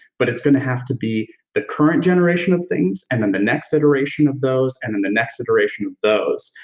but it's gonna have to be the current generation of things and then the next iteration of those and then the next iteration of those.